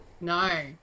no